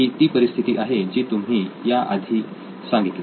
ही ती परिस्थिती आहे जी तुम्ही या आधी सांगितली